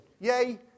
Yay